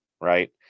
right